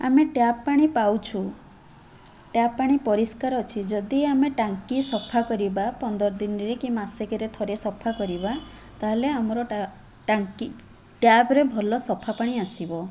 ଆମେ ଟ୍ୟାପ୍ ପାଣି ପାଉଛୁ ଟ୍ୟାପ୍ ପାଣି ପରିଷ୍କାର ଅଛି ଯଦି ଆମେ ଟାଙ୍କି ସଫା କରିବା ପନ୍ଦର ଦିନରେ କି ମାସକରେ ଥରେ ସଫା କରିବା ତା'ହେଲେ ଆମର ଟା ଟାଙ୍କି ଟ୍ୟାପରେ ଭଲ ସଫା ପାଣି ଆସିବ